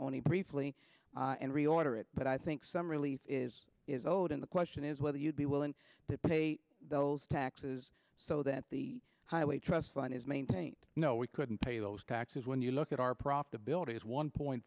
only briefly and reorder it but i think some relief is is owed and the question is whether you'd be willing to pay those taxes so that the highway trust fund is maintained no we couldn't pay those taxes when you look at our profitability is one point